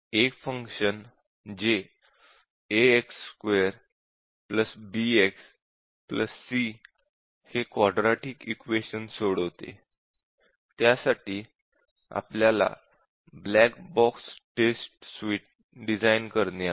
एक फंक्शन जे ax2bxc हे क्वाड्रैटिक इक्वेश़न सोडवते त्यासाठी black box test suite design करणे आहे